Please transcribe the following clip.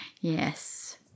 Yes